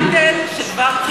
שותף,